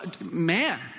man